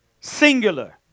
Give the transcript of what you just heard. Singular